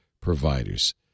providers